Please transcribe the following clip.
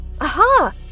Aha